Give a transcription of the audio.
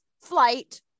flight